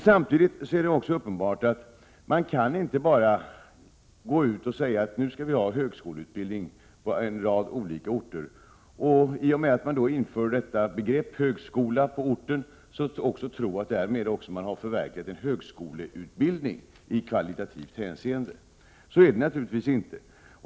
Samtidigt är det uppenbart att man inte bara kan gå ut och säga att nu skall vi ha högskoleutbildning på en rad olika orter och i och med att man inför begreppet högskolan på orten också tro att man därmed förverkligat en högskoleutbildning i kvalitativt hänseende. Så är det naturligtvis inte.